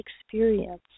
experience